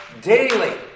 daily